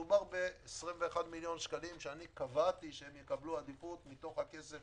מדובר ב-21 מיליון שקלים שקבעתי שיקבלו עדיפות מתוך הכסף